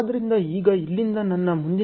ಆದ್ದರಿಂದ ಈಗ ಇಲ್ಲಿಂದ ನನ್ನ ಮುಂದಿನ ಲಿಂಕ್ಗಳು